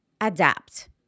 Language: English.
adapt